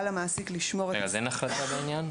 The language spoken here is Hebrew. אז אין החלטה בעניין?